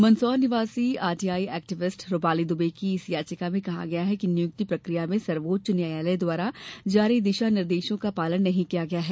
मंदसौर निवासी RTI activist Rupali Dubey की इस याचिका में कहा गया है कि नियुक्ति प्रक्रिया में सर्वोच्च न्यायालय द्वारा जारी दिशा निर्देशों का पालन नहीं किया गया है